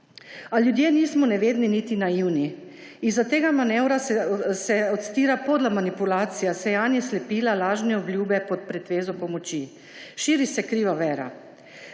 A ljudje nismo nevedni niti naivni. Izza tega manevra se odstira podla manipulacija, sejanje slepila, lažne obljube pod pretvezo pomoči, širi se kriva vera.